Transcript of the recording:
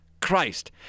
Christ